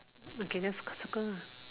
okay just circle lah